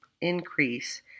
increase